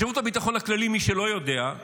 בשירות הביטחון הכללי, מי שלא יודע,